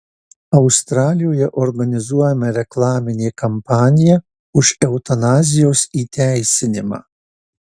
australijoje organizuojama reklaminė kampanija už eutanazijos įteisinimą